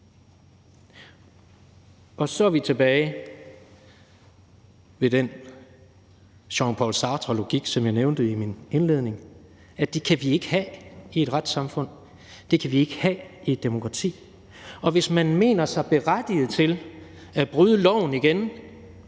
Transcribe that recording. Og så er vi tilbage ved den Jean-Paul Sartre-logik, som jeg nævnte i min indledning, og det kan vi ikke have i et retssamfund; det kan vi ikke have i et demokrati. Og hvis man mener sig berettiget til at bryde loven igen,